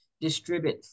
distribute